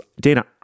Dana